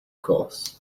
course